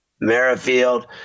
Merrifield